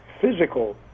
physical